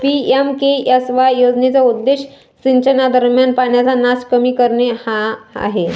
PMKSY योजनेचा उद्देश सिंचनादरम्यान पाण्याचा नास कमी करणे हा आहे